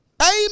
amen